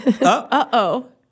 Uh-oh